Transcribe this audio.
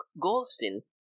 Goldstein